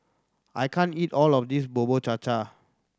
I can't eat all of this Bubur Cha Cha